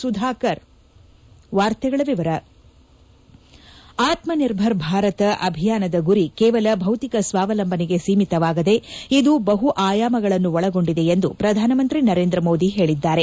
ಸುಧಾಕರ್ ಆತ್ತನಿರ್ಭರ್ ಭಾರತ ಅಭಿಯಾನದ ಗುರಿ ಕೇವಲ ಭೌತಿಕ ಸ್ವಾವಲಂಬನೆಗೆ ಸೀಮಿತವಾಗದೆ ಇದು ಬಹು ಆಯಾಮಗಳನ್ನು ಒಳಗೊಂಡಿದೆ ಎಂದು ಪ್ರಧಾನಮಂತ್ರಿ ನರೇಂದ್ರ ಮೋದಿ ಹೇಳಿದ್ದಾರೆ